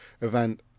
event